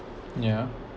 yeah